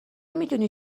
میدونی